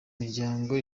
miryango